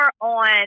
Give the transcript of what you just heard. on